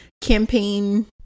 campaign